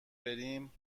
بریم